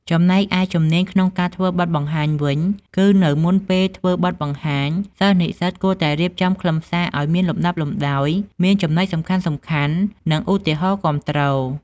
ចំណែកឯ ជំនាញក្នុងការធ្វើបទបង្ហាញវិញ គឺនៅមុនពេលធ្វើបទបង្ហាញ សិស្សនិស្សិតគួរតែរៀបចំខ្លឹមសារឲ្យមានលំដាប់លំដោយ មានចំណុចសំខាន់ៗ និងឧទាហរណ៍គាំទ្រ។